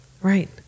Right